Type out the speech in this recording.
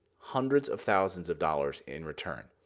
hundreds of thousands of dollars in return.